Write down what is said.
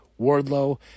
Wardlow